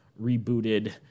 rebooted